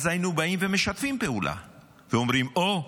אז היינו באים ומשתפים פעולה ואומרים: אוה,